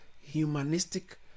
humanistic